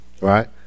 Right